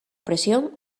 presión